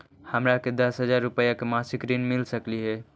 हमरा के दस हजार रुपया के मासिक ऋण मिल सकली हे?